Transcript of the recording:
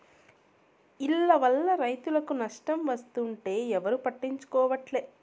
ఈల్ల వల్ల రైతులకు నష్టం వస్తుంటే ఎవరూ పట్టించుకోవట్లే